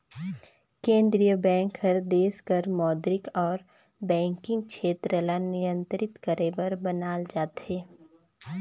केंद्रीय बेंक हर देस कर मौद्रिक अउ बैंकिंग छेत्र ल नियंत्रित करे बर बनाल जाथे